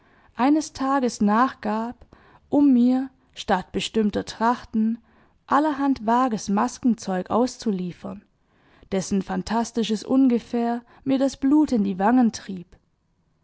eines tages nachgab um mir statt bestimmter trachten allerhand vages maskenzeug auszuliefern dessen phantastisches ungefähr mir das blut in die wangen trieb